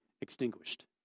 extinguished